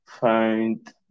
find